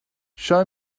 show